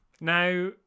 Now